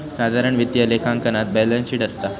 साधारण वित्तीय लेखांकनात बॅलेंस शीट असता